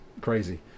crazy